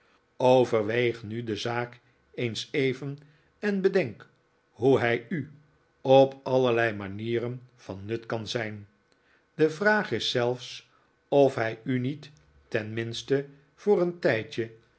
overweeg nu de zaak eens even en bedenk hoe hij u op allerlei manieren van nut kan zijn de vraag is zelfs of hij u niet tenminste voor een tijdje